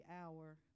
hour